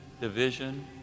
division